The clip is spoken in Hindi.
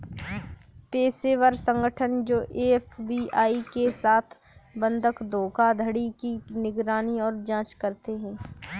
पेशेवर संगठन जो एफ.बी.आई के साथ बंधक धोखाधड़ी की निगरानी और जांच करते हैं